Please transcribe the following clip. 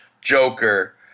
Joker